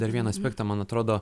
dar vieną aspektą man atrodo